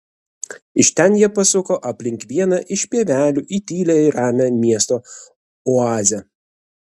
iš ten jie pasuko aplink vieną iš pievelių į tylią ir ramią miesto oazę